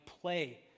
play